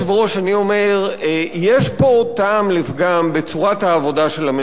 אני אומר יש פה טעם לפגם בצורת העבודה של הממשלה.